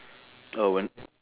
uh when